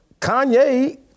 Kanye